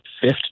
fifth